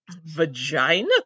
vagina